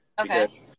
Okay